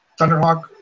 Thunderhawk